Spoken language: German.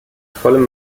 vollem